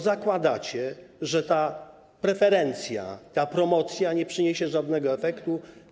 Zakładacie, że ta preferencja, ta promocja nie przyniesie żadnego efektu.